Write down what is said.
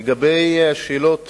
לגבי השאלות